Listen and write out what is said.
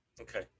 Okay